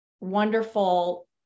wonderful